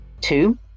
Two